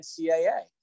NCAA